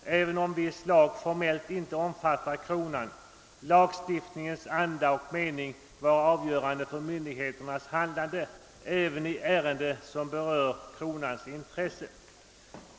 I allmänhet torde dock — även om viss lag formellt inte omfattar kronan — lagstiftningens anda och mening vara avgörande för myndigheternas handlande även i ärenden som berör kronans intressen.